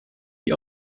die